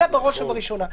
זה בראש ובראשונה.